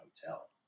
Hotel